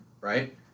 right